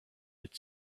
its